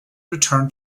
return